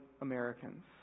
Americans